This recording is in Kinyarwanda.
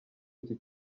iki